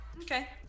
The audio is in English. okay